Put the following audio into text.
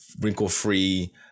wrinkle-free